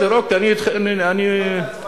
אני לא חושב שזה יזיק למישהו,